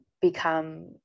become